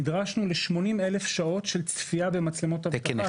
נדרשנו ל-80,000 שעות של צפייה במצלמות אבטחה,